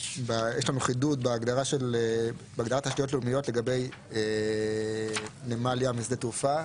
יש לנו חידוד בהגדרת תשתיות לאומיות לגבי נמל ים ושדה תעופה.